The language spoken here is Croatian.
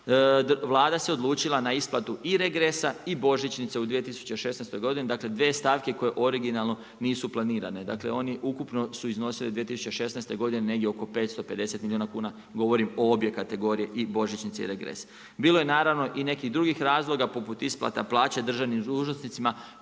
Vlada se odlučila na isplatu i regresa i božićnice u 2016. godini, dakle dvije stavke koje originalno nisu planirane. Dakle oni ukupno su iznosili 2016. godine negdje oko 550 milijuna kuna, govorim o obje kategorije i božićnica i regres. Bilo je i nekih drugih razloga, poput isplate plaća državnim dužnosnicima